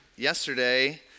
yesterday